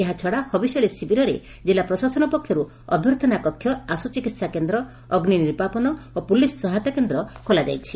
ଏହାଛଡା ହବିଷ୍ୟାଳି ଶିବିରରେ ଜିଲ୍ଲା ପ୍ରଶାସନ ପକ୍ଷରୁ ଅଭ୍ୟର୍ଥନା କକ୍ଷ ଆଶୁଚିକିହା କେନ୍ଦ ଅଗ୍ବି ନିର୍ବାପନ ଓ ପୁଲିସ ସହାୟତା କେନ୍ଦ୍ର ଖୋଲାଯାଇଛି